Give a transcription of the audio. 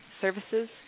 services